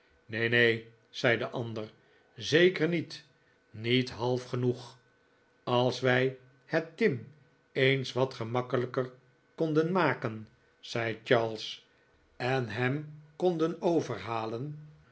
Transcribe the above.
neen neen zei de ander zeker niet r niet half genoeg als wij het tim eens wat gemakkelijker konden maken zei charles en hem konden overhalen